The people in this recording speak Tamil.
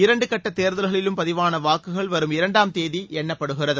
இரண்டு கட்டத் தேர்தல்களிலும் பதிவான வாக்குகள் வரும் இரண்டாம் தேதி எண்ணப்படுகிறது